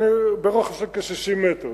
ברוחב של כ-60 מטר,